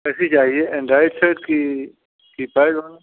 कैसी चाहिए Android set की कीपैड वाला